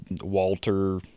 Walter